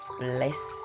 Bless